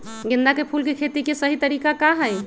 गेंदा के फूल के खेती के सही तरीका का हाई?